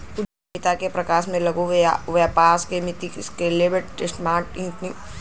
उद्यमिता के प्रकार में लघु व्यवसाय उद्यमिता, स्केलेबल स्टार्टअप उद्यमिता शामिल हौ